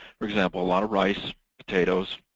for example, a lot of rice, potatoes,